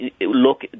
look